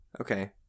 Okay